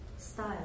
style